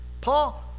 Paul